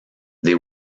they